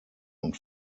und